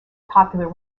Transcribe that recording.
popular